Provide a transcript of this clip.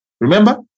remember